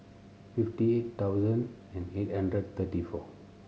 fifty eight thousand and eight hundred thirty four